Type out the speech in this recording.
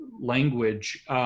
language